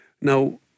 Now